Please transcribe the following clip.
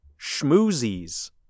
Schmoozies